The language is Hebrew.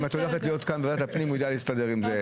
אם את הולכת להיות כאן בוועדת הפנים הוא יידע להסתדר עם זה.